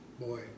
boy